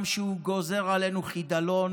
גם כשהוא גוזר עלינו חידלון.